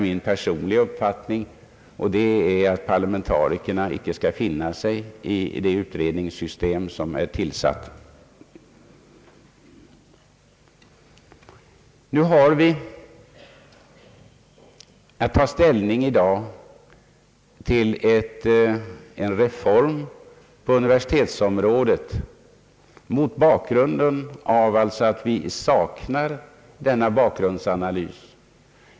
Min «personliga uppfattning är att parlamentarikerna icke skall finna sig i ett sådant utredningssystem. Nu har vi i dag att ta ställning till en reform på universitetsområdet trots att vi saknar bakgrundsanalys.